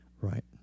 Right